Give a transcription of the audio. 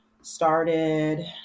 started